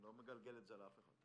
אני לא מגלגל את זה לאף אחד.